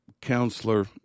counselor